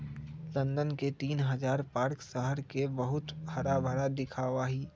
London के तीन हजार पार्क शहर के बहुत हराभरा दिखावा ही